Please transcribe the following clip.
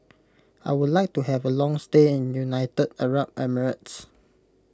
I would like to have a long stay in United Arab Emirates